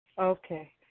okay